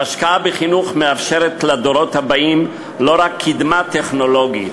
ההשקעה בחינוך מאפשרת לדורות הבאים לא רק קידמה טכנולוגית,